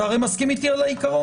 אתה הרי מסכים איתי על העיקרון.